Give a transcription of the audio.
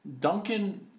Duncan